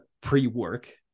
pre-work